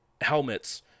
helmets